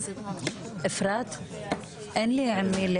שבו יחליט איזה שהוא פקיד שלא מוצא חן בעיניו